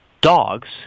dogs